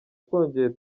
twongeye